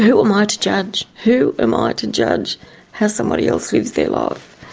who am i to judge, who am i to and judge how somebody else lives their life?